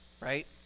right